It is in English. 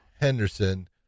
Henderson